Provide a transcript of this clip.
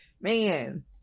Man